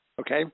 Okay